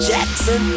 Jackson